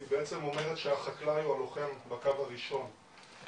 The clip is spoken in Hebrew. ממשלת ישראל וכל הרשויות צריכים להרים ביחד,